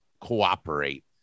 cooperate